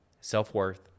self-worth